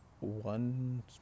One